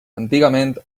antigament